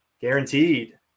Guaranteed